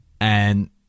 and-